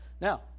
Now